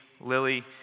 Lily